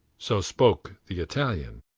so spoke the italian.